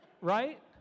Right